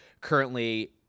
Currently